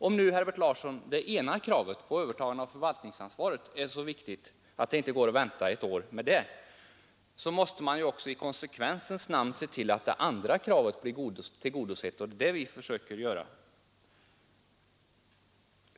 Och om nu övertagandet av förvaltningsansvaret är så viktigt att det inte går att vänta med det ett år, herr Larsson, så måste man väl i konsekvensens namn också se till att det andra kravet blir tillgodosett. Det är det vi försöker göra.